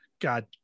God